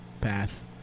path